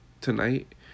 tonight